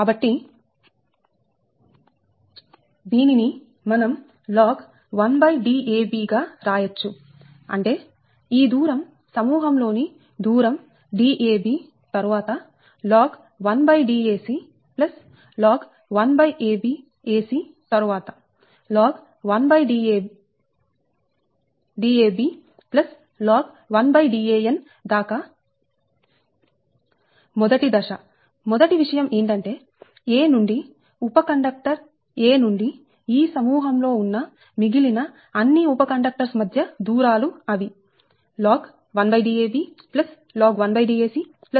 కాబట్టి దీనిని మనం log 1Dab గా రాయచ్చు అంటే ఈ దూరం సమూహం లోని దూరం Dab తరువాత log 1Dac log 1ab ac తరువాత log 1Dab log 1Dan దాక మొదటి దశ మొదటి విషయం ఏంటంటే a నుండి ఉప కండక్టర్ 'a' నుండి ఈ సమూహం లో ఉన్న మిగిలిన అన్ని ఉప కండక్టర్స్ మధ్య దూరాలు అవి log 1Dab log 1 Dac log 1Dac